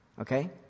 Okay